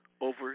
over